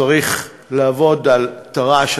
צריך לעבוד על תר"ש,